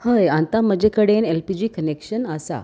हय आतां म्हजे कडेन एल पी जी कनेक्शन आसा